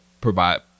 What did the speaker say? provide